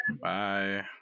Bye